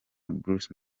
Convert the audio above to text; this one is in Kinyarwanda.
bruce